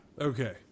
Okay